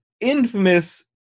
infamous